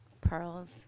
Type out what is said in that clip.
pearls